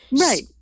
Right